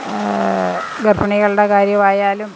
ഗർഭിണികളുടെ കാര്യമായാലും